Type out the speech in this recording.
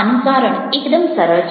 આનું કારણ એકદમ સરળ છે